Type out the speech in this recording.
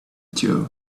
too